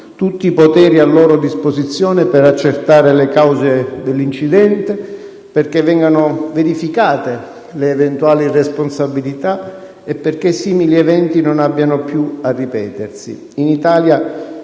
tutti i poteri a loro disposizione per accertare le cause dell’incidente, perche´ vengano verificate le eventuali responsabilita e perche´ simili eventi non abbiano piua ripetersi. In Italia